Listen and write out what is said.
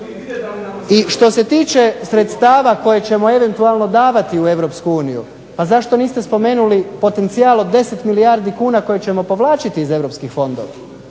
I što se tiče sredstava koje ćemo eventualno davati u Europsku uniju, pa zašto niste spomenuli potencijal od 10 milijardi kuna koje ćemo povlačiti iz